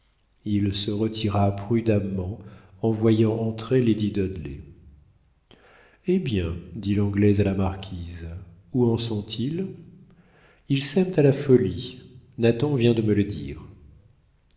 il se retira prudemment en voyant entrer lady dudley hé bien dit l'anglaise à la marquise où en sont-ils ils s'aiment à la folie nathan vient de me le dire